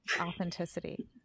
authenticity